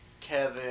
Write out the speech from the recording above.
Kevin